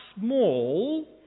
small